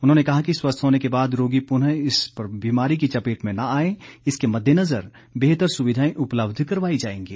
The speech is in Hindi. उन्होंने कहा कि स्वस्थ होने के बाद रोगी पुनः इस बीमारी की चपेट में न आएं इसके मद्देनज़र बेहतर सुविधाए उपलब्ध करवाई जाएंगी